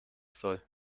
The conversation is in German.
soll